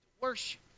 worship